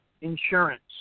insurance